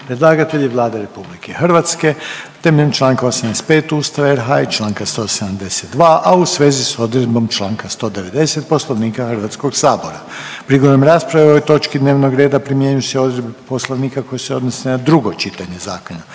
Predlagatelj je Vlada RH temeljem čl. 85. Ustava RH i čl. 172., a u svezi s odredbom čl. 190. Poslovnika HS-a. Prigodom rasprave o ovoj točki dnevnog reda primjenjuju se odredbe poslovnika koje se odnose na drugo čitanje zakona.